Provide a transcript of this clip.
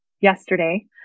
yesterday